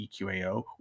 EQAO